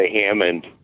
Hammond